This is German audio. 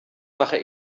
mache